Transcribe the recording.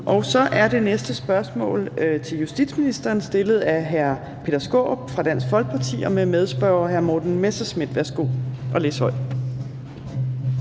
Så er det næste spørgsmål til justitsministeren stillet af hr. Peter Skaarup fra Dansk Folkeparti, og han har som medspørger hr. Morten Messerschmidt. Kl. 15:16 Spm.